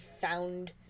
found